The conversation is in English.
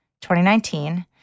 2019